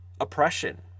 oppression